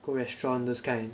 good restaurant those kind